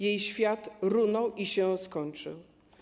Jej świat runął i się skończył.